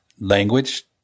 language